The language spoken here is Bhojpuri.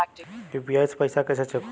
यू.पी.आई से पैसा कैसे चेक होला?